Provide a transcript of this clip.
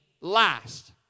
last